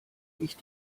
ich